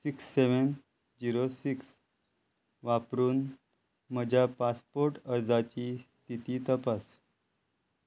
six seven zero six वापरून म्हज्या passport अर्जाची स्थिती तपास